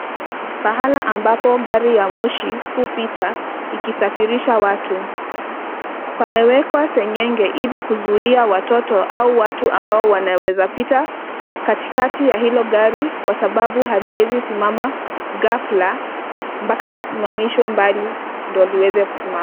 Pahala ambapo gari ya moshi hupita ikisafirisha watu. Pamewekwa seng'enge ili kuzia watoto au watu ambao wanawezapita katikati ya hilo gari sababu haliwezi simama ghafla mpaka lisimamishwe mbali ndio liweze kusimama.